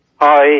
Hi